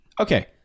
Okay